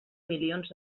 milions